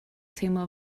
teimlo